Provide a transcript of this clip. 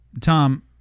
Tom